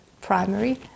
primary